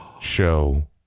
Show